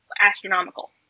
astronomical